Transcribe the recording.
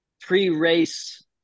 pre-race